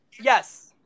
Yes